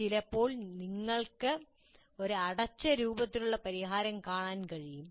ചിലപ്പോൾ നിങ്ങൾക്ക് ഒരു അടച്ച രൂപത്തിലുള്ള പരിഹാരം കാണാൻ കഴിയും